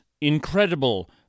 incredible